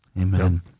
Amen